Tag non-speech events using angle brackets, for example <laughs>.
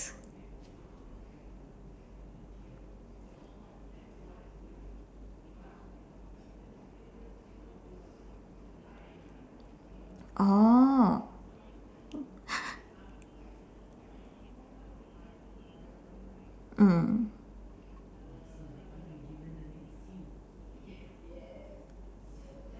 orh <laughs> mm